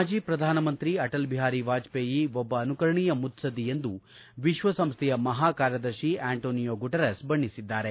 ಮಾಜಿ ಪ್ರಧಾನಮಂತ್ರಿ ಅಟಲ್ ಬಿಹಾರಿ ವಾಜಪೇಯಿ ಒಬ್ಬ ಅನುಕರಣೀಯ ಮುತ್ಲದ್ದಿ ಎಂದು ವಿಶ್ವಸಂಸ್ವೆಯ ಮಹಾಕಾರ್ಯದರ್ಶಿ ಅಂಟೋನಿಯೊ ಗುಟೆರಸ್ ಬಣ್ಣೆಸಿದ್ಗಾರೆ